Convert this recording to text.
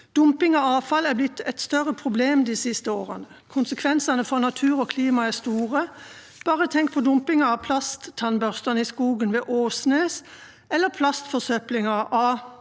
Dumping av avfall er blitt et større problem de siste årene. Konsekvensene for natur og klima er store. Bare tenk på dumpingen av plasttannbørstene i skogen ved Åsnes eller plastforsøplingen i